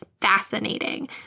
fascinating